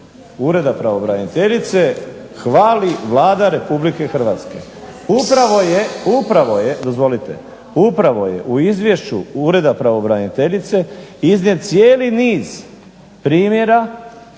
Ureda pravobraniteljice hvali Vlada Republike Hrvatske. Upravo je, dozvolite, u Izvješću Ureda pravobraniteljice iznijet cijeli niz primjera